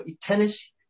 tennis